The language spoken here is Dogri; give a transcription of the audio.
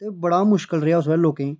ते बड़ा मुश्कल रेहा उस बेल्लै लोकें गी